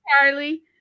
Charlie